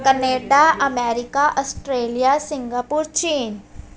Canada America Australia Singapore ਚੀਨ